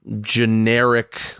generic